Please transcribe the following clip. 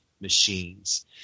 Machines